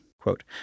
Quote